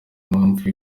impamvu